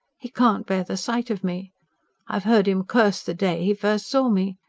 he can't bear the sight of me. i have heard him curse the day he first saw me.